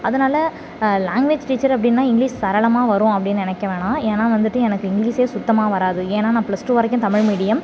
அதனாலே language teacher அப்படினா English சரளமாக வரும் அப்படினு நினைக்க வேணாம் ஏன்னால் வந்துட்டு எனக்கு இங்கிலிஷ்ஷே சுத்தமாக வராது ஏன்னால் நான் பிளஸ் டூ வரைக்கும் தமிழ் மீடியம்